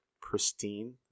pristine